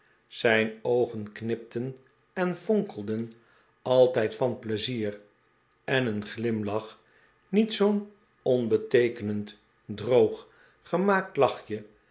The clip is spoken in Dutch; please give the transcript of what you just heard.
zijn oogen knipten en fonkelden altijd van pleizier en een glimlach niet zoo'n onbeteekenend droog gemaakt lachje